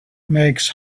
makes